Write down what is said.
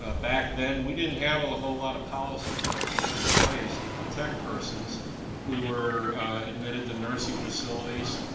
ah back then we didn't have a whole lot of policy structures in place to protect persons who were admitted to nursing facilities.